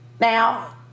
now